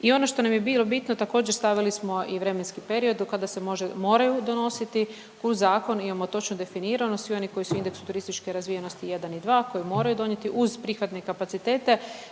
i ono što nam je bilo bitno također stavili smo i vremenski period do kada se može, moraju donositi u zakon, imamo točno definirano, svi oni koji su u indeksu turističke razvijenosti 1 i 2, koji moraju donijeti uz prihvatne kapacitete,